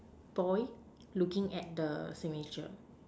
boy looking at the signature